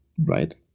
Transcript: Right